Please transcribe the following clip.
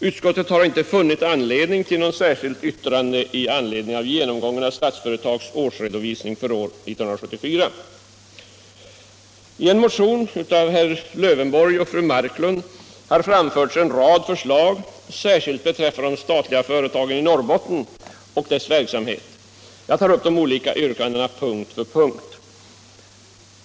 Utskottet har inte funnit anledning till något särskilt yttrande i anslutning till genomgången av Statsföretags årsredovisning för år 1974. en rad förslag, särskilt beträffande de statliga företagen i Norrbotten och deras verksamhet. Jag tar upp de olika yrkandena punkt för punkt.